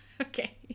Okay